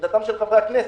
לעמדתם של חברי הכנסת,